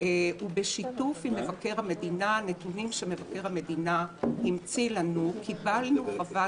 ובשיתוף עם הנתונים שמבקר המדינה המציא לנו קיבלנו חוות